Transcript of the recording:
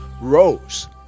rose